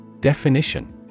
Definition